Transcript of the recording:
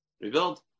rebuild